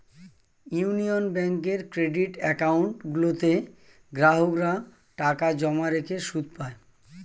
union ব্যাঙ্কের credit account গুলোতে গ্রাহকরা টাকা জমা রেখে সুদ পায়